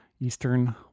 eastern